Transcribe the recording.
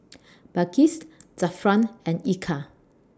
Balqis Zafran and Eka